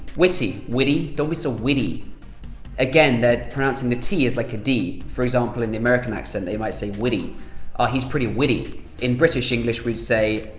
witty witty. don't be so witty' again they're pronouncing the t as like a d for example in the american accent, they might say witty ah, he's pretty witty' in british english we'd say,